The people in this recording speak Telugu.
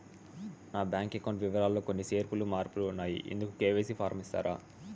నా బ్యాంకు అకౌంట్ వివరాలు లో కొన్ని చేర్పులు మార్పులు ఉన్నాయి, ఇందుకు కె.వై.సి ఫారం ఇస్తారా?